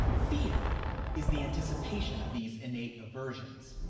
fear is the anticipation of these innate aversions.